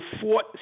fought